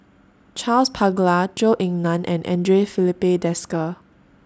Charles Paglar Zhou Ying NAN and Andre Filipe Desker